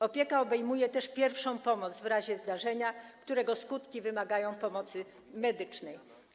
Opieka obejmuje też pierwszą pomoc w razie zdarzenia, którego skutki wymagają pomocy medycznej.